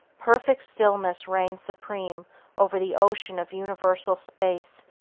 perfect stillness reigns supreme over the ocean of universal space,